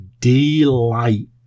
delight